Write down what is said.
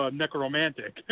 necromantic